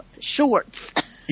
shorts